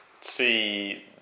see